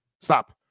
Stop